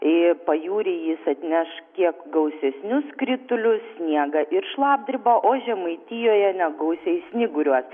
į pajūrį jis atneš kiek gausesnius kritulius sniegą ir šlapdribą o žemaitijoje negausiai snyguriuos